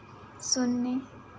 शून्य